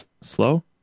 Slow